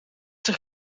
zich